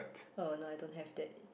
no no I don't have that